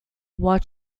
what